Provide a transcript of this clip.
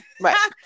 right